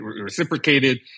reciprocated